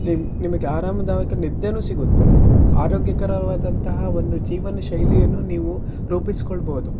ನಿಮ್ಮ ನಿಮಗೆ ಆರಾಮದಾಯಕ ನಿದ್ದೆನೂ ಸಿಗುತ್ತೆ ಆರೋಗ್ಯಕರವಾದಂತಹ ಒಂದು ಜೀವನಶೈಲಿಯನ್ನು ನೀವು ರೂಪಿಸ್ಕೊಳ್ಬೌದು